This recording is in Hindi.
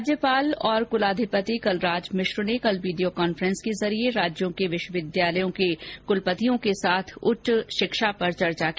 राज्यपाल और कुलाधिपति कलराज मिश्र ने कल वीडियो कॉन्फ्रेंस के जरिये राज्य के विश्वविद्यालयों के कुलपतियों के साथ उच्च शिक्षा पर चर्चा की